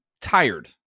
tired